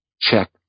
check